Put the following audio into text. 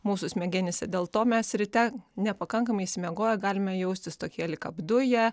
mūsų smegenyse dėl to mes ryte nepakankamai išsimiegoję galime jaustis tokie lyg apduję